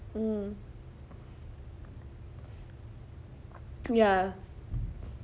mm ya